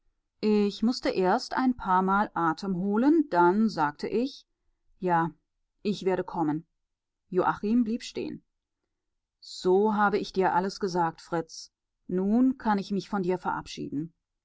ich mußte erst ein paarmal atem holen dann sagte ich ja ich werde kommen joachim blieb stehen so habe ich dir alles gesagt fritz nun kann ich mich von dir verabschieden